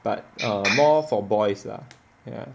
but err more for boys lah ya